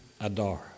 Adar